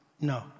No